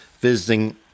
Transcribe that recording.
visiting